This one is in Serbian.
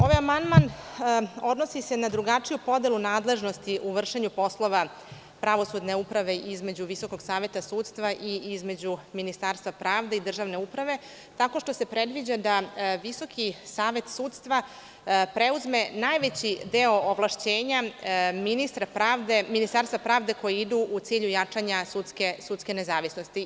Ovaj amandman se odnosi na drugačiju podelu nadležnosti u vršenju poslova pravosudne uprave između Visokog saveta sudstva i između Ministarstva pravde i državne uprave, tako što se predviđa da Visoki savet sudstva preuzme najveći deo ovlašćenja Ministarstva pravde, koji idu u cilju jačanja sudske nezavisnosti.